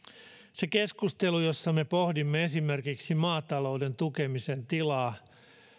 se keskustelu jossa me pohdimme esimerkiksi maatalouden tukemisen tilaa